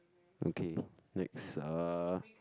okay next uh